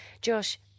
Josh